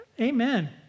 amen